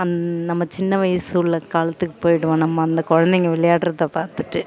அந் நம்ம சின்ன வயது உள்ள காலத்துக்கு போயிடுவோம் நம்ம அந்த குழந்தைங்க விளையாடுறத பார்த்துட்டு